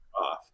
off